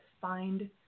find